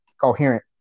coherent